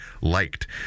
liked